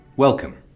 Welcome